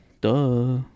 Duh